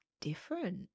different